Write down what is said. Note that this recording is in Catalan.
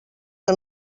que